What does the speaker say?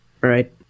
right